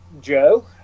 Joe